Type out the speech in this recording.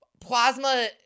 plasma